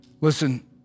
Listen